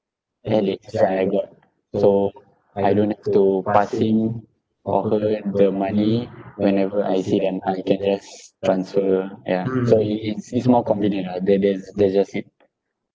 I got so I don't have to pass him or her the money whenever I see them I can just transfer yeah so it is it's more convenient ah they they they just